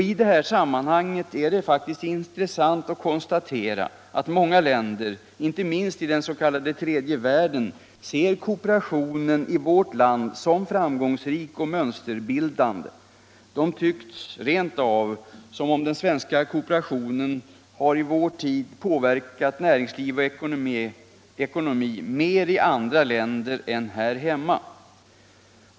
I det här sammanhanget är det intressant att konstatera att många länder, inte minst i den s.k. tredje världen, ser kooperationen i vårt land som framgångsrik och mönsterbildande. Det tycks rent av som om den svenska kooperationen i vår tid har påverkat näringsliv och ekonomi mer i andra länder än här hemma.